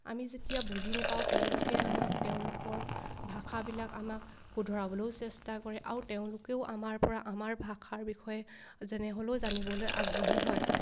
আমি যেতিয়া বুজি নেপাওঁ তেওঁলোকে আমাক তেওঁলোকৰ ভাষাবিলাক আমাক শুধৰাবলৈও চেষ্টা কৰে আৰু তেওঁলোকেও আমাৰপৰা আমাৰ ভাষাৰ বিষয়ে যেনে হ'লেও জানিবলৈ আগ্ৰহী হয়